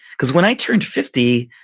because when i turned fifty,